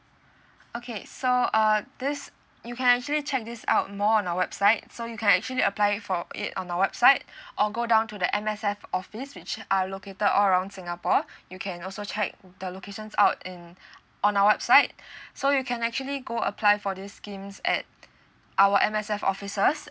okay so uh this you can actually check this out more on our website so you can actually apply for it on our website or go down to the M_S_F office which are located all around singapore you can also check the locations out in on our website so you can actually go apply for this schemes at our M_S_F offices